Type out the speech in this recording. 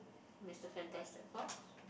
Mr Fantastic Four